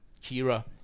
Kira